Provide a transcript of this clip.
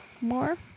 More